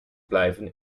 blijven